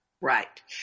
Right